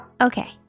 Okay